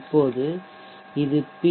இப்போது இது பி